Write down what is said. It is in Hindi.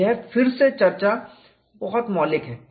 और यह फिर से चर्चा बहुत मौलिक है